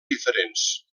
diferents